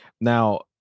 Now